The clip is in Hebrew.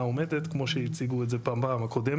עומדת כמו שהציגו את זה בפעם הקודמת.